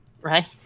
Right